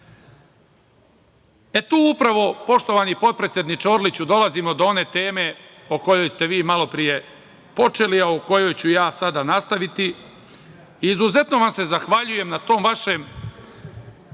tu, upravo, poštovani potpredsedniče Orliću, dolazimo do one teme o kojoj ste vi malopre počeli, a o kojoj ću ja sada nastaviti. Izuzetno vam se zahvaljujem na tom vašem